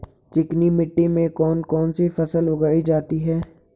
चिकनी मिट्टी में कौन कौन सी फसल उगाई जाती है?